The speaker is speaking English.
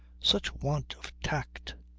such want of tact!